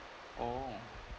oh